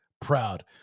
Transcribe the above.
proud